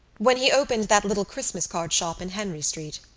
when he opened that little christmas-card shop in henry street.